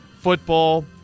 football